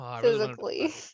physically